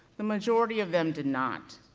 the majority of them did not,